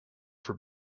for